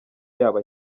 yaba